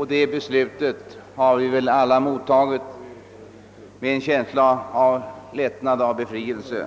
olympiska spelen, och detta beslut har vi väl alla mottagit med en känsla av lättnad och av befrielse.